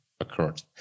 occurred